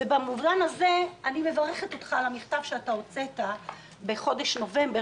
במובן הזה אני מברכת אותך על המכתב שאתה הוצאת בחודש נובמבר,